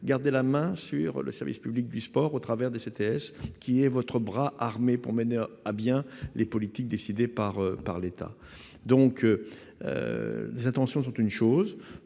garder la main sur le service public du sport au travers des CTS, qui sont votre bras armé pour mener à bien les politiques décidées par l'État. Nous entendons graver dans